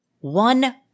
one